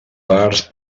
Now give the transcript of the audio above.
parts